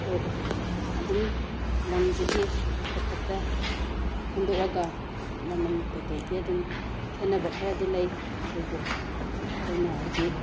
ꯑꯩꯈꯣꯏ ꯑꯗꯨꯝ ꯂꯪꯁꯤꯒꯤ ꯑꯐ ꯐꯠꯇ ꯈꯟꯗꯣꯛꯑꯒ ꯃꯃꯟ ꯀꯩ ꯀꯩꯗꯤ ꯑꯗꯨꯝ ꯈꯦꯅꯕ ꯈꯔꯗꯤ ꯂꯩ ꯑꯗꯨꯕꯨ ꯑꯩꯈꯣꯏꯅ ꯍꯧꯖꯤꯛ